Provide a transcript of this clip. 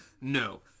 No